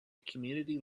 community